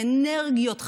עם אנרגיות חדשות.